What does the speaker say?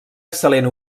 excel·lent